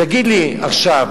תגיד לי עכשיו: